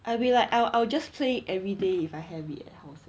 I be like I'll I'll just play everyday if I have it at house